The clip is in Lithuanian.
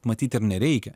matyt ir nereikia